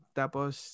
tapos